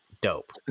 Dope